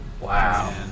Wow